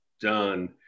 done